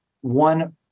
one